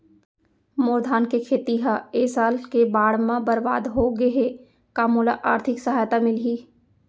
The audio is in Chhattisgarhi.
मोर धान के खेती ह ए साल के बाढ़ म बरबाद हो गे हे का मोला आर्थिक सहायता मिलही?